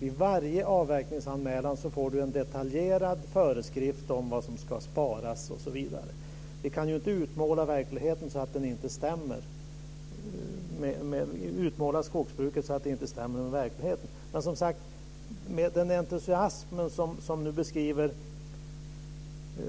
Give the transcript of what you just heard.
Vid varje avverkningsanmälan får man en detaljerad föreskrift om vad som ska sparas osv. Vi kan ju inte utmåla skogsbruket så att det inte stämmer med verkligheten. Med anledning av den entusiasm med vilken Gudrun